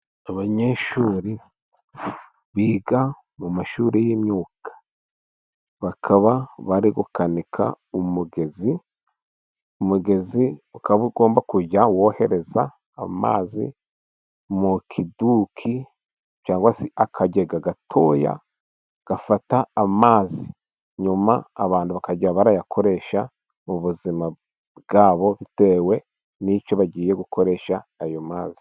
Abanyeshuri biga mu mashuri y'imyuga, bakaba bari gukanika umugezi, umugezi ukaba ugomba kujya wohereza amazi mu kiduki ,cyangwa se akagega gatoya gafata amazi. Nyuma abantu bakajya barayakoresha mu buzima bwabo bitewe n'icyo bagiye gukoresha ayo mazi.